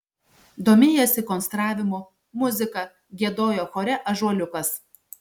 domėjosi konstravimu muzika giedojo chore ąžuoliukas